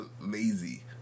lazy